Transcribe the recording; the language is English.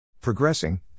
Progressing